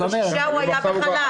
אבל בשישה חודשים הוא היה בחל"ת.